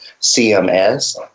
CMS